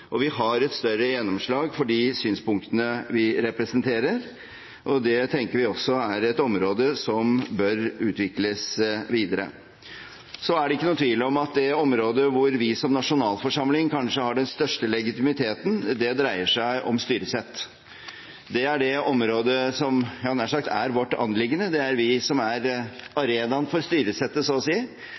og vi har større gjennomslag for de synspunktene vi representerer. Det tenker vi også er et område som bør utvikles videre. Så er det ikke noen tvil om at det området hvor vi som nasjonalforsamling kanskje har den største legitimiteten, dreier seg om styresett. Det er det området som er vårt anliggende. Det er vi som er arenaen for styresettet, for å si